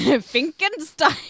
Finkenstein